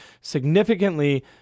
significantly